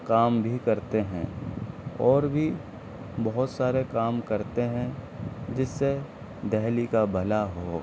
کام بھی کرتے ہیں اور بھی بہت سارے کام کرتے ہیں جس سے دہلی کا بھلا ہو